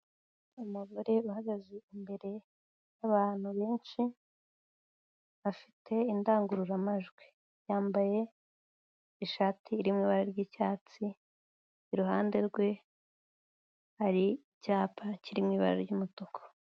Umugore uhagaze imbere y'abantu benshi afite indangururamajwi, yambaye ishati iri mu ibara ry'icyatsi, iruhande rwe hari icyapa kiri mu ibara ry'umutuku.